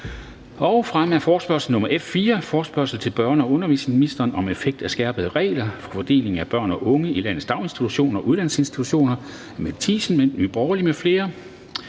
om fremme af forespørgsel nr. F 4: Forespørgsel til børne- og undervisningsministeren om effekten af skærpede regler for fordeling af børn og unge i landets daginstitutioner og uddannelsesinstitutioner. Af Mette Thiesen (NB) m.fl.